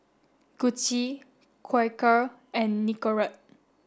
Gucci Quaker and Nicorette